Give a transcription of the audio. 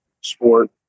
sport